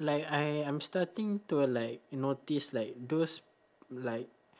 like I am starting to like notice like those like